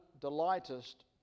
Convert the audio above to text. delightest